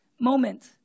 moment